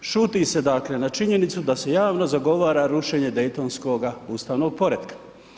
Šuti se dakle na činjenicu da se javno zagovara rušenje daytonskoga ustavnog poretka.